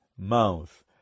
mouth